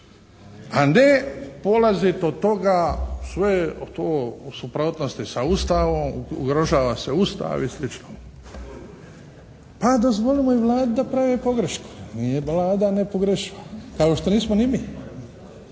a ne polaziti od toga sve je to u suprotnosti sa Ustavom, ugrožava se Ustav i sl. Pa dozvolimo i Vladu da prave pogrešku. Nije Vlada nepogrešiva. Kao što nismo ni mi.